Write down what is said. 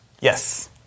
Yes